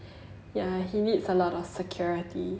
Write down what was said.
ya he needs a lot of security